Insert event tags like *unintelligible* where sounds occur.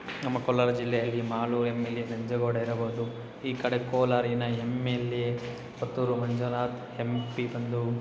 ನಮ್ಮ ಕೋಲಾರ ಜಿಲ್ಲೆಯಲ್ಲಿ *unintelligible* M L A Nanjegowda ಇರಬಹುದು ಈ ಕಡೆ ಕೋಲಾರಿನ M L A Puttur Manjunath M P ಬಂದು